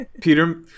Peter